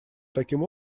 таким